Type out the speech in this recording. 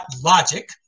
logic